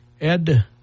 Ed